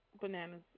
bananas